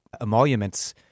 emoluments